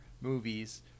movies